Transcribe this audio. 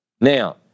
Now